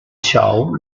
shaw